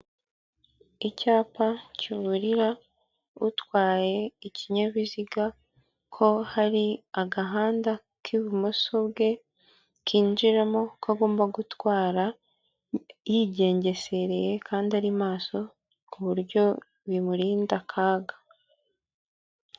Icyapa kiburira utwaye ikinyabiziga ko hari agahanda k'ibumoso bwe kinjiramo ko agomba gutwara yigengesereye kandi ari maso ku buryo bimurinda akaga.